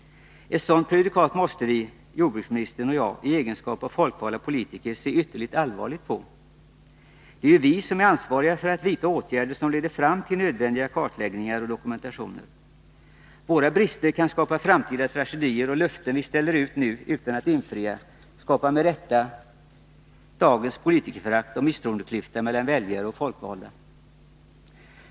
Ett sådant prejudikat måste vi— jordbruksministern och jag —i egenskap av folkvalda politiker se ytterligt allvarligt på. Det är ju vi som är ansvariga för att vidta åtgärder som leder fram till nödvändig kartläggning och dokumentation. Våra brister kan skapa framtida tragedier, och löften som vi ställer ut nu men inte infriar skapar med rätta dagens politikerförakt och misstroendeklyfta mellan väljare och folkvalda.